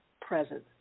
present